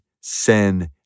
sin